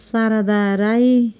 Sharada Rai